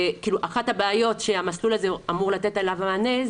אחת הבעיות שהמסלול הזה אמור לתת עליה מענה,